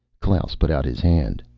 klaus put out his hand.